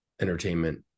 entertainment